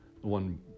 one